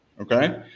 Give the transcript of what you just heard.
okay